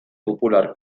popular